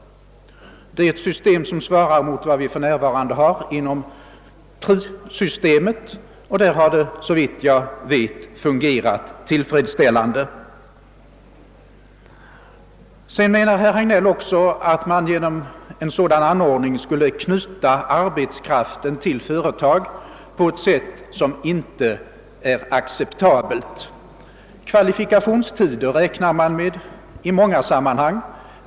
Det är ett system som svarar mot det nuvarande PRI systemet. Och detta har, såvitt jag vet, fungerat tillfredsställande. Herr Hagnell anser också att man genom den i motionen föreslagna anordningen skulle knyta arbetskraften till företag på ett sätt som inte är acceptabelt. Kvalifikationstider räknar man med i många sammanhang.